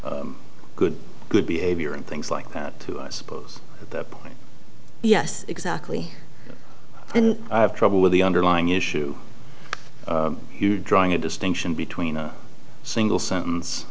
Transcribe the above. good good behavior and things like that too i suppose at that point yes exactly and i have trouble with the underlying issue drawing a distinction between a single sentence